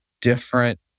different